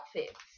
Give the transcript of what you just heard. outfits